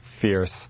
fierce